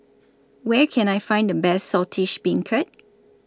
Where Can I Find The Best Saltish Beancurd